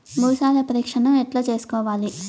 భూసార పరీక్షను ఎట్లా చేసుకోవాలి?